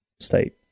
State